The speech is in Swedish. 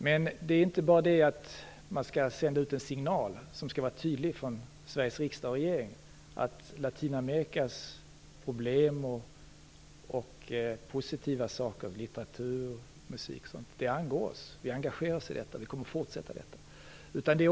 Men det är inte bara så att Sveriges riksdag och regering skall sända ut en tydlig signal om att Latinamerikas problem och även dess positiva sidor - litteratur, musik och sådant - angår oss. Vi engagerar oss i detta och kommer att fortsätta att göra det.